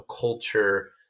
culture